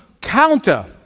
counter